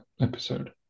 episode